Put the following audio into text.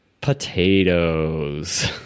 Potatoes